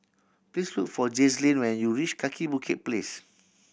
please look for Jazlene when you reach Kaki Bukit Place